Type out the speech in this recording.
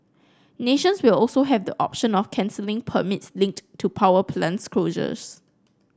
nations will also have the option of cancelling permits linked to power plant closures